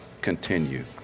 continue